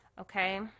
Okay